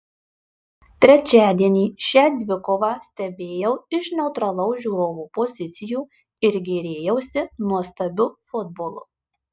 trečiadienį šią dvikovą stebėjau iš neutralaus žiūrovo pozicijų ir gėrėjausi nuostabiu futbolu